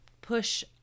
push